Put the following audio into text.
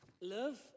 Love